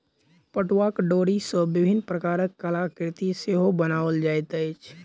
पटुआक डोरी सॅ विभिन्न प्रकारक कलाकृति सेहो बनाओल जाइत अछि